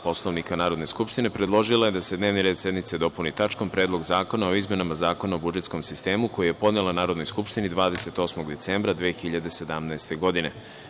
Poslovnika Narodne skupštine predložila je da se dnevni red sednice dopuni tačkom – Predlog zakona o izmenama Zakona o budžetskom sistemu, koji je podnela Narodnoj skupštini 28. decembra 2017. godine.